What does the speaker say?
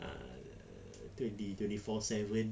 uh twenty twenty four seven